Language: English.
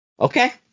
Okay